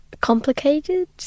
complicated